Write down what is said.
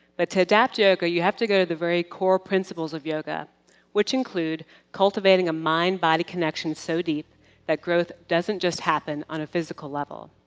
to adapt yoga you have to go to the very core principles of yoga which include cultivating a mind body connection so deep that growth doesn't just happen on a physical level.